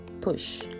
push